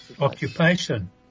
Occupation